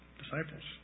disciples